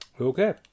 Okay